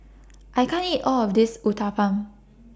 I can't eat All of This Uthapam